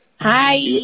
Hi